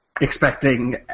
expecting